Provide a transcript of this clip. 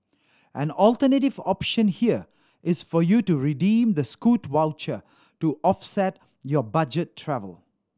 an alternative option here is for you to redeem the Scoot voucher to offset your budget travel